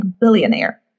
Billionaire